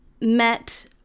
met